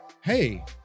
hey